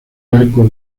arco